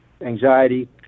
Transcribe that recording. anxiety